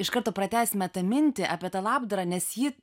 iš karto pratęsime tą mintį apie tą labdarą nes ji